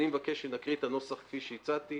אני מבקש לקרוא את הנוסח כפי שהצעתי,